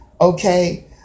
okay